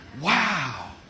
Wow